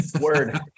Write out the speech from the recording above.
Word